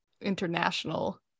international